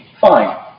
fine